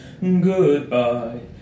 Goodbye